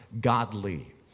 godly